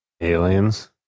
Aliens